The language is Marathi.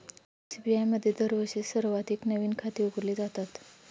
एस.बी.आय मध्ये दरवर्षी सर्वाधिक नवीन खाती उघडली जातात